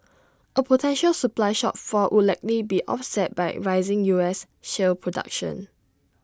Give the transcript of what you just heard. A potential supply shortfall would likely be offset by rising U S shale production